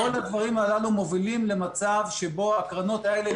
כל הדברים הללו מובילים למצב שבו הקרנות האלה,